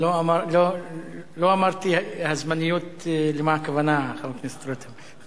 לא אמרתי הזמניות, למה הכוונה, חבר הכנסת רותם.